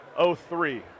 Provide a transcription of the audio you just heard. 03